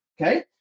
okay